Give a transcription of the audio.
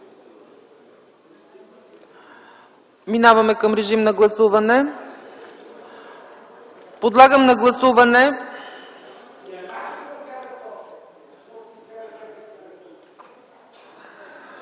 Минаваме към режим на гласуване. Подлагам на гласуване